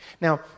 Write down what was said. Now